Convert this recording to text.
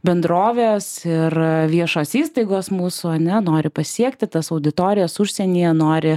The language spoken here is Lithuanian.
bendrovės ir viešos įstaigos mūsų ane nori pasiekti tas auditorijas užsienyje nori